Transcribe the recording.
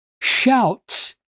shouts